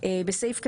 בסעיף 8,